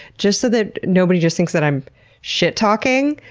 just so that nobody just thinks that i'm shit-talking.